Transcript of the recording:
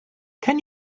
can